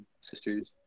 sisters